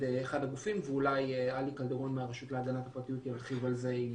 אחד הגופים ואולי עלי קלדרון מהרשות להגנת הפרטיות ירחיב על זה אם